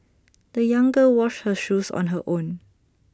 the young girl washed her shoes on her own